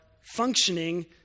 functioning